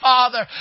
Father